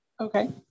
okay